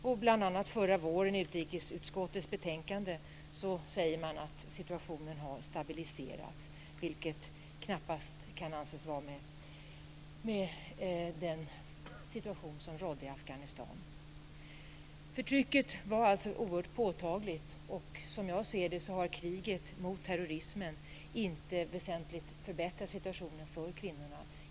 Men bl.a. i utrikesutskottets betänkande förra våren sägs det att situationen har stabiliserats, vilket knappast kan anses vara överensstämmande med den situation som rådde i Förtrycket var alltså oerhört påtagligt. Som jag ser saken har kriget mot terrorismen inte väsentligt förbättrat situationen för kvinnorna.